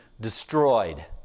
destroyed